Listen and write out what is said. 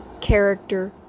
character